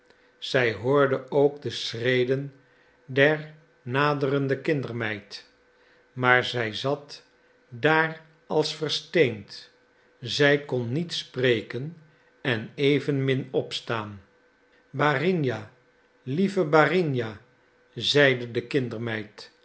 zij hoorde ook de schreden der naderende kindermeid maar zij zat daar als versteend zij kon niet spreken en evenmin opstaan barinja lieve barinja zeide de